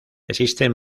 existen